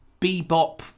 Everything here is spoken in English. bebop